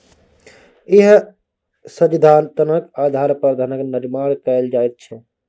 इएह सिद्धान्तक आधार पर धनक निर्माण कैल जाइत छै